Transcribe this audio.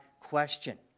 question